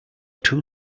two